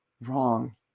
wrong